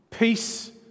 Peace